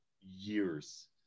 years